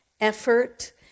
effort